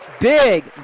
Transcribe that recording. big